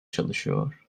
çalışıyor